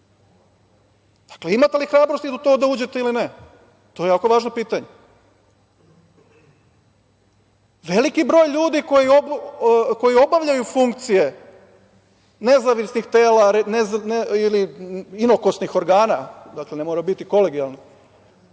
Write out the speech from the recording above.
imate li hrabrosti da u to uđete ili ne? To je jako važno pitanje. Veliki broj ljudi koji obavljaju funkcije nezavisnih tela ili inokosnih organa, dakle ne mora biti kolegijalan,